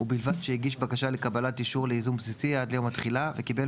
ובלבד שהגיש בקשה לקבלת אישור לייזום בסיסי עד ליום התחילה וקיבל